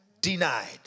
Denied